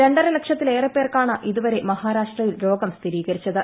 രണ്ടര ലക്ഷത്തിലേറെ പേർക്കാണ് ഇതുവരെ മഹാരാഷ്ട്രയിൽ രോഗം സ്ഥിരീകരിച്ചത്